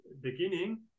beginning